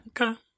Okay